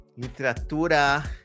literatura